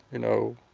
you know.